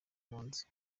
buhanzi